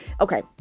Okay